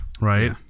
Right